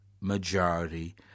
majority